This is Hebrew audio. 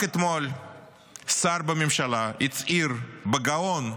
רק אתמול שר בממשלה הצהיר בגאון,